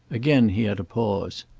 again he had a pause.